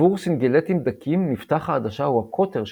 עבור סינגלטים דקים מפתח העדשה הוא הקוטר שלה,